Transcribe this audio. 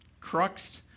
crux